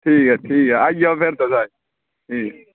ठीक ऐ ठीक ऐ आई जाओ फिर तुस स्हेई ठीक